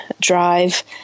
drive